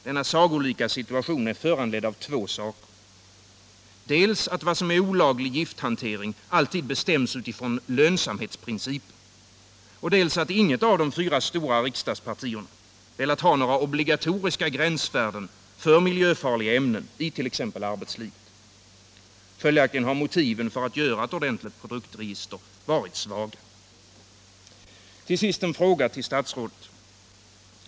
Denna sagolika i Teckomatorp, situation är föranledd av två saker — dels att vad som är olaglig gift — m.m. hantering alltid bestäms utifrån lönsamhetsprincipen, dels att inget av de fyra stora riksdagspartierna velat ha några obligatoriska gränsvärden för miljöfarliga ämnen i t.ex. arbetslivet. Följaktligen har motiven för att göra ett ordentligt produktregister varit svaga. Till sist vill jag ställa några frågor till statsrådet.